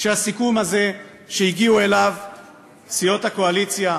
שהסיכום הזה שהגיעו אליו סיעות הקואליציה,